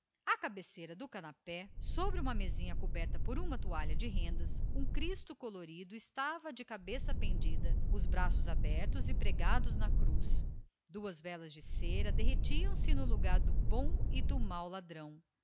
à cabeceira do canapé numa mesinha coberta de rendas um cristo colorido de braços abertos pendia da cruz e duas velas de cera derretiam se no lugar do bom e do mau ladrão